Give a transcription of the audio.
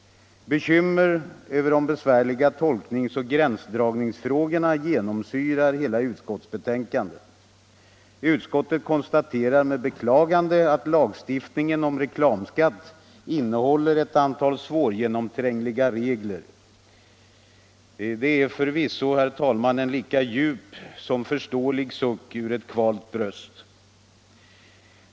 Bekymmer över de besvärliga tolkningsoch gränsdragningsfrågorna genomsyrar hela utskottsbetänkandet. Utskottet konstaterar med beklagande att lagstiftningen om reklamskatt innehåller ett antal svårgenomträngliga regler. Det är, herr talman, förvisso en lika djup som föreståelig suck ur ett kvalt bröst.